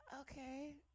okay